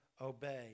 obey